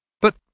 But